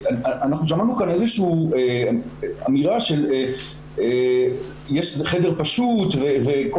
אנחנו שמענו כאן איזו שהיא אמירה שזה חדר פשוט וכל